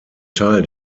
teil